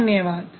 धन्यवाद